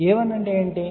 a1 అంటే ఏమిటి